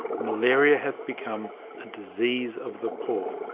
malaria has become a disease of the poor.